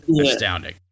astounding